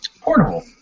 portable